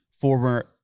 former